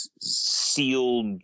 sealed